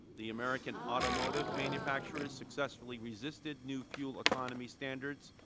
the american automotive manufacturers successfully resisted new fuel economy standards,